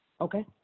Okay